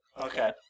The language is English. Okay